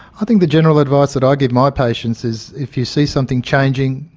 i think the general advice that i give my patients is if you see something changing,